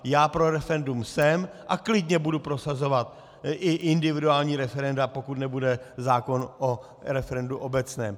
Já pro referendum jsem a klidně budu prosazovat i individuální referenda, pokud nebude zákon o referendu obecném.